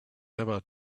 never